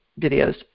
videos